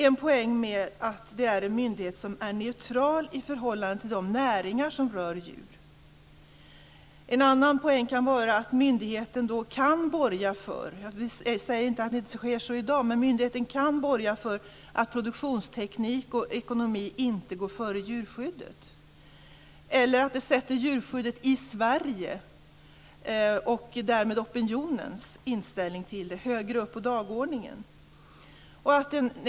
En poäng med det är att det är en myndighet som är neutral i förhållande till de näringar som rör djur. En annan poäng är att myndigheten kan borga för - jag säger inte att så sker i dag - att produktionsteknik och ekonomi inte går före djurskyddet, eller att det sätter djurskyddet i Sverige och därmed opinionens inställning till detta högre upp på dagordningen.